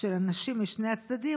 של אנשים משני הצדדים,